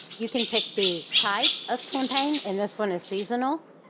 you can pick the type of campaign and this one is seasonal.